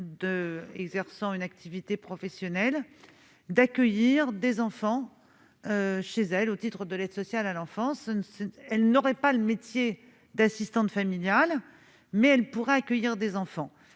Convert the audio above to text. exerçant une activité professionnelle d'accueillir des enfants chez elles au titre de l'aide sociale à l'enfance. Sans exercer à proprement parler le métier d'assistante familiale, elles pourraient accueillir des enfants.